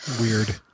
Weird